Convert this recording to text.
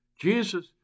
Jesus